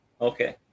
Okay